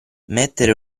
mettere